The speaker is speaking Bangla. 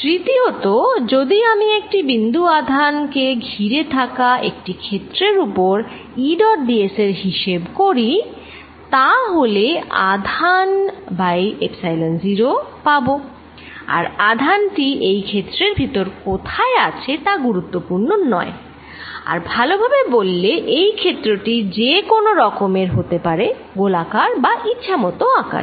তৃতীয়ত যদি আমি একটি বিন্দু আধান ক ঘিরে থাকা একটি ক্ষেত্রের ওপর E ডট ds এর হিসেব করি তা হলে আধান বাই এপ্সাইলন 0 পাবো আর আধান টি এই ক্ষেত্রের ভিতর কথায় আছে তা গুরুত্বপূর্ণ নয় আর ভালভাবে বললে এই ক্ষেত্র টি যে কোন রকমের হতে পারে গোলাকার বা ইচ্ছামত আকারের